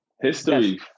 History